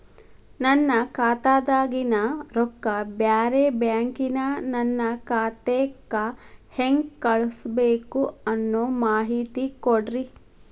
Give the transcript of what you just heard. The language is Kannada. ನನ್ನ ಖಾತಾದಾಗಿನ ರೊಕ್ಕ ಬ್ಯಾರೆ ಬ್ಯಾಂಕಿನ ನನ್ನ ಖಾತೆಕ್ಕ ಹೆಂಗ್ ಕಳಸಬೇಕು ಅನ್ನೋ ಮಾಹಿತಿ ಕೊಡ್ರಿ?